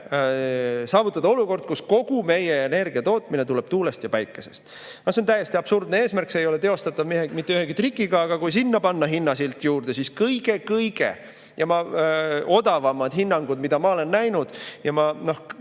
saavutada olukord, kus kogu meie energiatootmine tuleb tuulest ja päikesest. No see on täiesti absurdne eesmärk, see ei ole teostatav mitte ühegi trikiga. Aga kui sinna panna hinnasilt juurde, siis kõige-kõige odavamad hinnangud, mida ma olen näinud – ja